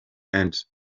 and